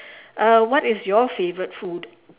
uh what is your favourite food